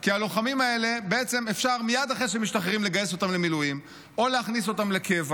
כי את הלוחמים האלה אפשר לגייס למילואים או להכניס אותם לקבע